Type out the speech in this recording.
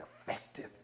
effective